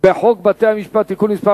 בחוק בתי-המשפט (תיקון מס'